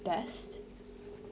best